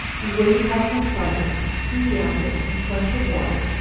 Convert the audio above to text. and where you have no cider, stew the apples in plenty of water,